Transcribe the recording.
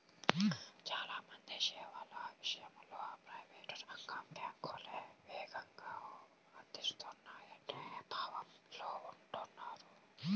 చాలా మంది సేవల విషయంలో ప్రైవేట్ రంగ బ్యాంకులే వేగంగా అందిస్తాయనే భావనలో ఉంటారు